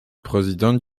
président